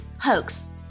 Hoax